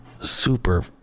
super